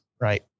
right